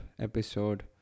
episode